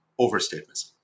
overstatements